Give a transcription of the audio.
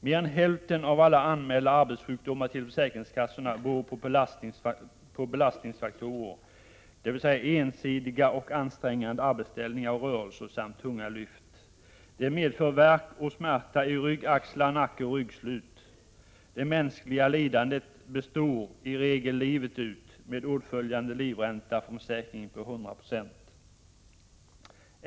Mer än hälften av alla anmälda arbetssjukdomar till försäkringskassorna beror på belastningsfaktorer, dvs. ensidiga och ansträngande arbetsställningar och rörelser samt tunga lyft. Det medför värk och smärta i rygg, axlar, nacke, ryggslut etc. Det mänskliga lidandet består i regel livet ut med åtföljande livränta från försäkringen på 100 96.